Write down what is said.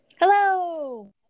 Hello